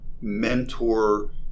mentor